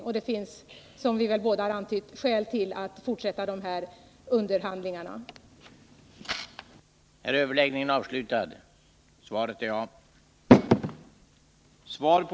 Det klargör inte heller hur utgifterna skall finansieras.